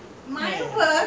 உங்க மாரியா:ungga maariyaa